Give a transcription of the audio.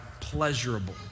Pleasurable